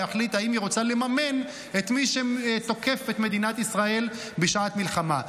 להחליט אם היא רוצה לממן את מי שתוקף את מדינת ישראל בשעת מלחמה.